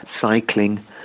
cycling